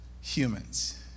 humans